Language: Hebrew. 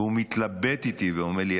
והוא מתלבט איתי ואומר לי,